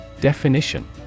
Definition